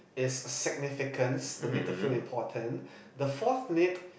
is significance the need to feel important the fourth need